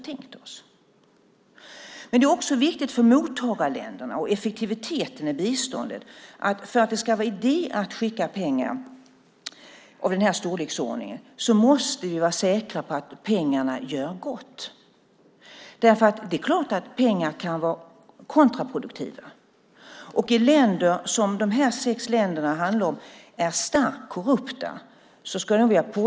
Det är också viktigt för mottagarländerna och effektiviteten i biståndet, och för att det ska vara idé att skicka pengar i den storleksordningen, att vi är säkra på att pengarna gör gott. Det är klart att pengar kan vara kontraproduktiva. Dessa sex länder är starkt korrupta.